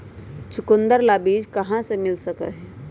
चुकंदर ला बीज कहाँ से मिल सका हई?